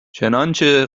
چنانچه